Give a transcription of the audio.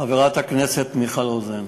חברת הכנסת מיכל רוזין,